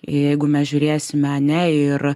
jeigu mes žiūrėsime ane ir